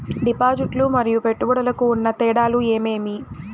డిపాజిట్లు లు మరియు పెట్టుబడులకు ఉన్న తేడాలు ఏమేమీ?